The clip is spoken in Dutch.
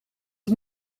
het